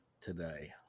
today